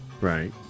Right